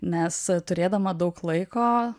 nes turėdama daug laiko